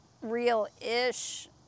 real-ish